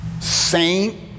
saint